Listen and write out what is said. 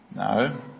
No